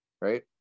right